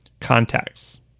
contacts